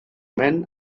men